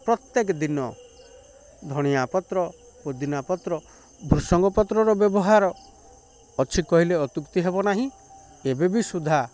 ପ୍ରତ୍ୟେକ ଦିନ ଧଣିଆ ପତ୍ର ପୁଦିନା ପତ୍ର ଭୃଷଙ୍ଗ ପତ୍ରର ବ୍ୟବହାର ଅଛି କହିଲେ ଅତ୍ୟୁକ୍ତି ହେବ ନାହିଁ ଏବେବି ସୁଦ୍ଧା